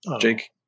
jake